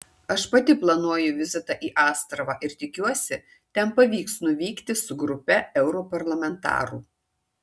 aš pati planuoju vizitą į astravą ir tikiuosi ten pavyks nuvykti su grupe europarlamentarų